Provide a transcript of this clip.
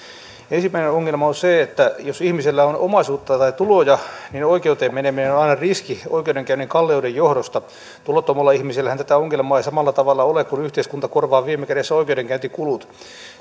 ensimmäinen ongelma on se että jos ihmisellä on omaisuutta tai tuloja niin oikeuteen meneminen on aina riski oikeudenkäynnin kalleuden johdosta tulottomalla ihmisellähän tätä ongelmaa ei samalla tavalla ole kun yhteiskunta korvaa viime kädessä oikeudenkäyntikulut